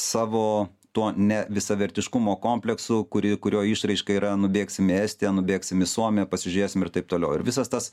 savo tuo nevisavertiškumo kompleksu kurį kurio išraiška yra nubėgsim į estiją nubėgsim į suomiją pasižiūrėsim ir taip toliau ir visas tas